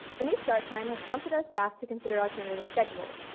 the new start time has prompted our staff to consider alternative schedules.